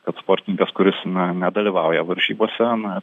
kad sportininkas kuris na nedalyvauja varžybose na